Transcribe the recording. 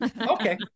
okay